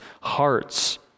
hearts